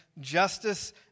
justice